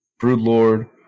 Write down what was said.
Broodlord